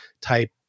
type